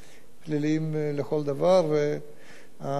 החקירה נמצאת בעיצומה,